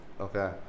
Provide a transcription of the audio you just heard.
okay